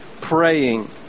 praying